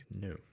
No